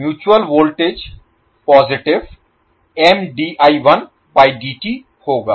mutual voltage positive होगा